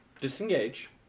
Disengage